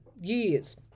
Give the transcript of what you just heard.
years